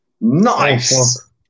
Nice